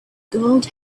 gold